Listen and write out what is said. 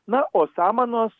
na o samanos